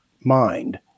mind